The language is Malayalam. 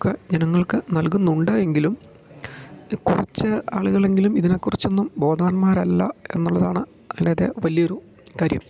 ഒക്കെ ജനങ്ങൾക്ക് നൽകുന്നുണ്ട് എങ്കിലും ഇ കുറച്ചു ആളുകളെങ്കിലും ഇതിനെ കുറിച്ചൊന്നും ബോധവാന്മാർ അല്ല എന്നുള്ളതാണ് അതിൻ്റെ അകത്തെ വലിയ ഒരു കാര്യം